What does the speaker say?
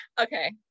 Okay